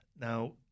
Now